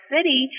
City